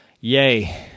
Yay